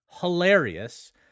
hilarious